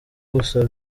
gusaba